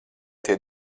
tie